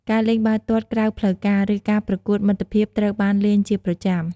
ការលេងបាល់ទាត់ក្រៅផ្លូវការ ឬការប្រកួតមិត្តភាពត្រូវបានលេងជាប្រចាំ។